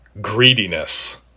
greediness